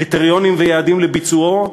קריטריונים ויעדים לביצועו,